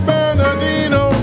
Bernardino